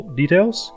details